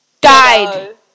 Died